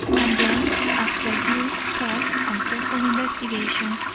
and then after due thought and careful investigation,